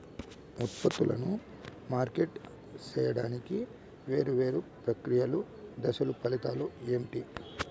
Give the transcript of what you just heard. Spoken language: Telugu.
ఉత్పత్తులను మార్కెట్ సేయడానికి వేరువేరు ప్రక్రియలు దశలు ఫలితాలు ఏంటి?